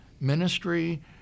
ministry